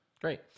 Great